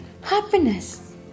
Happiness